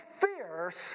fierce